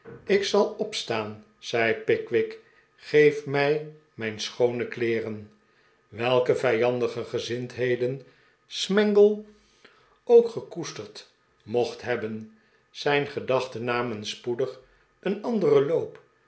ik zal opstaan zei pickwick geef mij mijn schoone kleeren welke vijandige gezindheden smangle ook gekoesterd mocht hebben zijn gedachten namert spoedig een anderen loop